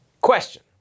Question